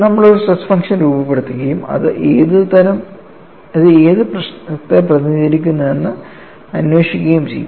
നമ്മൾ ഒരു stress function രൂപപ്പെടുത്തുകയും അത് ഏത് പ്രശ്നത്തെ പ്രതിനിധീകരിക്കുന്നുവെന്ന് അന്വേഷിക്കുകയും ചെയ്യും